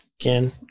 again